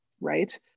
right